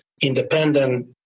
independent